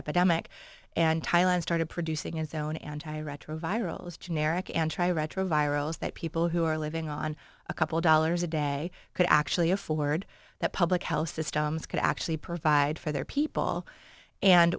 epidemic and thailand started producing its own anti retrovirals generic and try retroviral is that people who are living on a couple dollars a day could actually afford that public health systems could actually provide for their people and